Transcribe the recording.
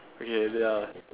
okay ya